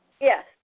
Yes